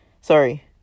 sorry